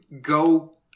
go